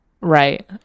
Right